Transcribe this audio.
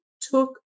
took